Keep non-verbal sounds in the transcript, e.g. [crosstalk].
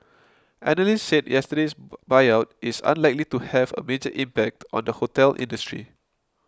analysts said yesterday's [noise] buyout is unlikely to have a major impact on the hotel industry